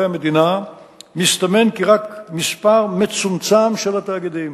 המדינה מסתמן כי רק מספר מצומצם של תאגידים,